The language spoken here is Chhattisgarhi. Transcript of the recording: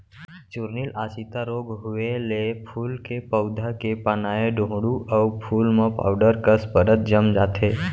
चूर्निल आसिता रोग होउए ले फूल के पउधा के पानाए डोंहड़ू अउ फूल म पाउडर कस परत जम जाथे